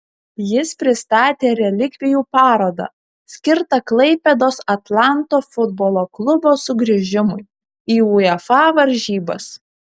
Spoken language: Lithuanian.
jis pristatė relikvijų parodą skirtą klaipėdos atlanto futbolo klubo sugrįžimui į uefa varžybas